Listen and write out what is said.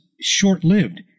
short-lived